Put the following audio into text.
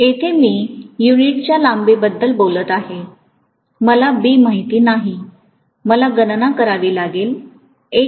येथे मी युनिटच्या लांबीबद्दल बोलत आहे मला B माहित नाही मला गणना करावी लागेल